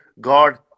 God